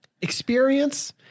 experience